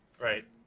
Right